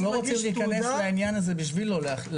אנחנו לא רוצים להיכנס לעניין הזה בשביל לא להכשיל,